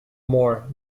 more